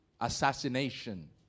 assassination